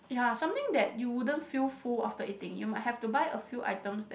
ya something that you wouldn't feel full after eating you might have to buy a few items that